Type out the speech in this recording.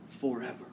forever